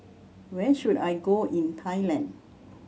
where should I go in Thailand